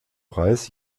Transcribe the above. preis